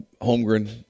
Holmgren